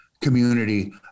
community